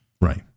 Right